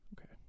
okay